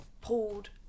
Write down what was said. pulled